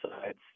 sides